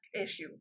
issue